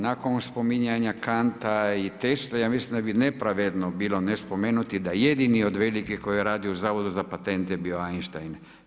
Nakon spominjanja Kanta i Tesle ja mislim da bi nepravedno bilo ne spomenuti da jedini od velikih koji je radio u Zavodu za patente je bio Einstein.